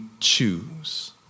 choose